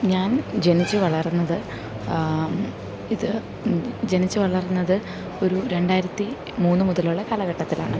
ഞാൻ ജനിച്ചു വളർന്നത് ഇത് ജനിച്ചു വളർന്നത് ഒരു രണ്ടായിരത്തി മൂന്ന് മുതലുള്ള കാലഘട്ടത്തിലാണ്